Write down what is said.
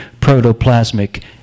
protoplasmic